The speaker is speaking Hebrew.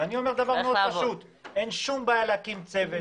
אז אני אומר שאין שום בעיה להקים צוות